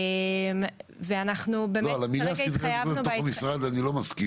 אנחנו באמת כרגע התחייבנו -- אני לא מסכים